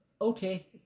Okay